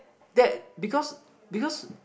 that because because